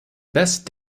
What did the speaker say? best